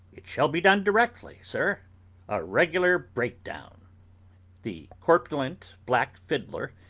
it shall be done directly, sir a regular break-down the corpulent black fiddler,